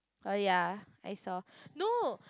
oh yea I saw no